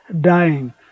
dying